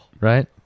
Right